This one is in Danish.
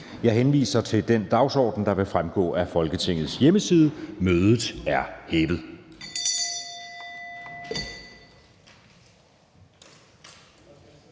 Jeg henviser til den dagsorden, der vil fremgå af Folketingets hjemmeside. Mødet er hævet.